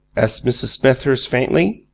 asked mrs. smethurst, faintly.